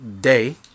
day